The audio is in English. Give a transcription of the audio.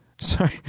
Sorry